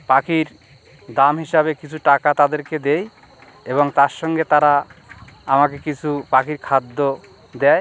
পাখির দাম হিসাবে কিছু টাকা তাদেরকে দেই এবং তার সঙ্গে তারা আমাকে কিছু পাখির খাদ্য দেয়